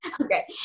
Okay